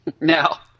Now